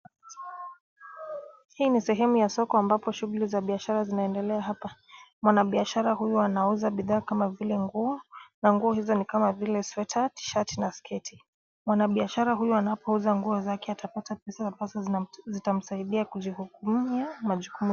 Hii ni sehemu ya soko ambapo shughuli za biashara zinaendelea hapa. Mwanabiashara huyu anauza bidhaa kama vile nguo na nguo hizo ni kama vile sweta, tishati na sketi. Mwanabiashara huyu anapouza nguo zake atapata pesa ambazo zitamsaidia kujikimia majukumu yake.